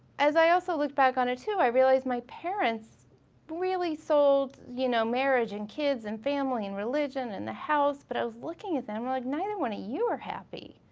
as i also looked back on it too i realized my parents really sold you know marriage and kids and family and religion and the house, but i was looking at them like neither one of you are happy.